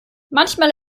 manchmal